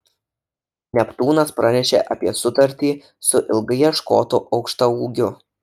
neptūnas pranešė apie sutartį su ilgai ieškotu aukštaūgiu